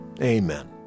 amen